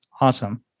Awesome